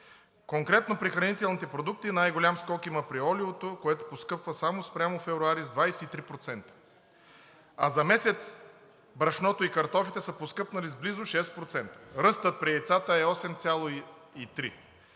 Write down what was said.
Конкретно при хранителните продукти най-голям скок има при олиото, което поскъпва само спрямо февруари с 23%. А за месец брашното и картофите са поскъпнали с близо 6%. Ръстът при яйцата е 8,3%.